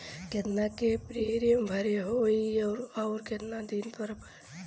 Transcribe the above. केतना के प्रीमियम भरे के होई और आऊर केतना दिन पर?